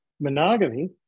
monogamy